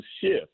shift